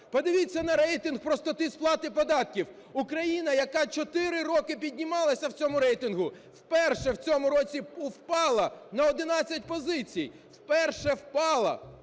Подивіться на рейтинг простоти сплати податків, Україна, яка 4 роки піднімалася в цьому рейтингу, вперше в цьому році впала на 11 позицій. Вперше впала.